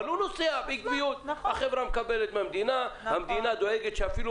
אבל הוא נוסע בקביעות והחברה מקבלת מהמדינה והמדינה דואגת אפילו